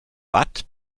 watt